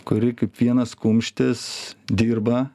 kuri kaip vienas kumštis dirba